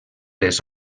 les